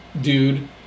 dude